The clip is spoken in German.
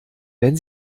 wenn